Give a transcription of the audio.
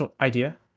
idea